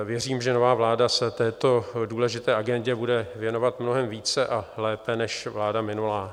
Věřím, že nová vláda se této důležité agendě bude věnovat mnohem více a lépe, než vláda minulá.